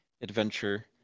adventure